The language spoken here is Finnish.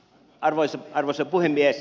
arvoisa puhemies